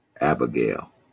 Abigail